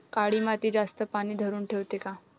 काळी माती जास्त पानी धरुन ठेवते का?